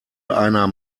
einer